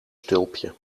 stulpje